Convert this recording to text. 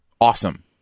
awesome